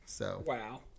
Wow